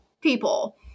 people